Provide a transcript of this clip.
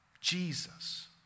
Jesus